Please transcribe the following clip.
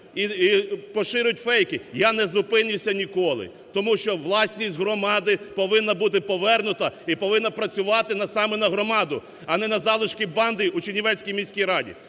і поширюють "фейки", я не зупинюся ніколи. Тому що власність громади повинна бути повернута і повинна працювати саме на громаду, а не на залишки банди у Чернівецькій міській раді.